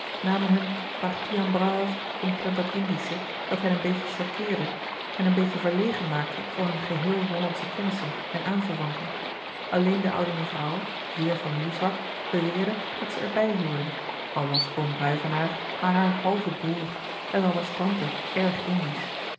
namen hun partie en brave omtrent dat indische dat hen een beetje choqueerde hen een beetje verlegen maakte voor hunne geheel hollandsche kennissen en aanverwanten alleen de oude mevrouw zeer familie zwak beweerde dat zij er bij hoorden al was oom ruyvenaer maar haar halve broêr en al was tante erg indisch